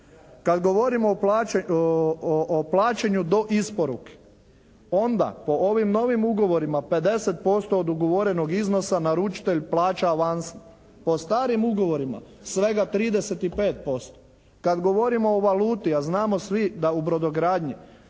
Kad govorimo o plaćanju do isporuke, onda po ovim novim ugovorima 50% od ugovorenog iznosa naručitelj plaća avansno. Po starim ugovorima svega 35%. Kad govorimo o valuti, a znamo svi da u brodogradnji